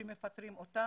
שמפטרים אותן.